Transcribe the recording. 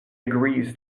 agrees